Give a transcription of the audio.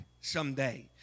someday